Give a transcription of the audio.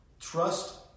Trust